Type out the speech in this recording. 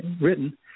written